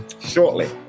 shortly